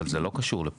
אבל זה לא קשור לפה?